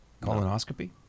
Colonoscopy